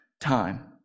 time